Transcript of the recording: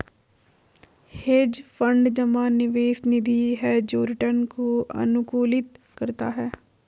hedge fund जमा निवेश निधि है जो रिटर्न को अनुकूलित करता है